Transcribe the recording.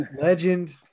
legend